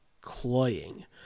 cloying